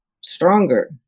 stronger